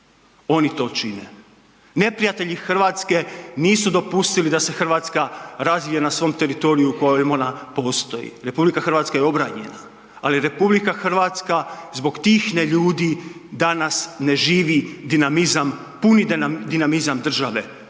oni to čine. Neprijatelji Hrvatske nisu dopustili da se Hrvatska razvije na svom teritoriju na kojem ona postoji. RH je obranjena, ali RH zbog tih neljudi danas ne živi dinamizam, puni dinamizam